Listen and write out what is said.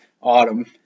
autumn